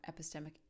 epistemic